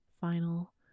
final